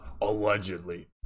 Allegedly